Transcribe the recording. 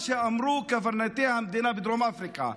ולשים מראה פה על מה שאמרו קברניטי המדינה בדרום אפריקה.